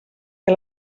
què